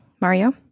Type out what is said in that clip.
Mario